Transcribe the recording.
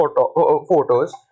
photos